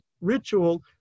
ritual